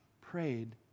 prayed